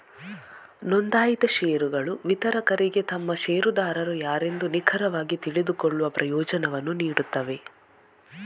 ನೋಂದಾಯಿತ ಷೇರುಗಳು ವಿತರಕರಿಗೆ ತಮ್ಮ ಷೇರುದಾರರು ಯಾರೆಂದು ನಿಖರವಾಗಿ ತಿಳಿದುಕೊಳ್ಳುವ ಪ್ರಯೋಜನವನ್ನು ನೀಡುತ್ತವೆ